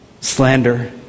slander